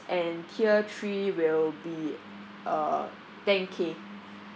and tier three will be uh ten K